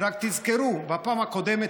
רק תזכרו: בפעם הקודמת,